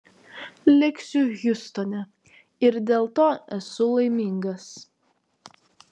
liksiu hjustone ir dėl to esu laimingas